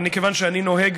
ומכיוון שאני נוהג,